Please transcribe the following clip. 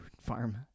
farm